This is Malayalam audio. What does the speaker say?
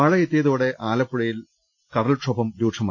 മഴ എത്തിയതോടെ ആലപ്പുഴയിൽ കടൽക്ഷോഭം രൂക്ഷമായി